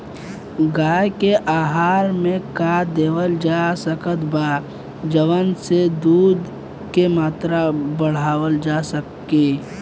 गाय के आहार मे का देवल जा सकत बा जवन से दूध के मात्रा बढ़ावल जा सके?